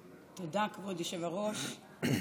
תודה, כבוד היושב-ראש.